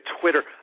Twitter